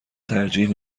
ترجیح